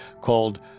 called